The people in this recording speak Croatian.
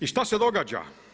I šta se događa?